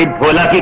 bhola